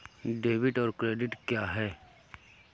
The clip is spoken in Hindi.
डेबिट और क्रेडिट क्या है?